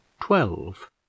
twelve